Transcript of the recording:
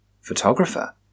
Photographer